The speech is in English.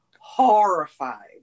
horrified